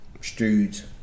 stewed